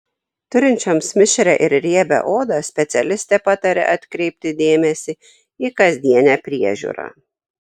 turinčioms mišrią ir riebią odą specialistė pataria atkreipti dėmesį į kasdienę priežiūrą